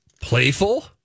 Playful